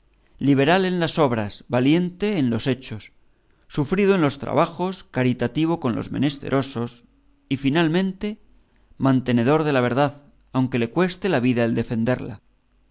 liberal en las obras valiente en los hechos sufrido en los trabajos caritativo con los menesterosos y finalmente mantenedor de la verdad aunque le cueste la vida el defenderla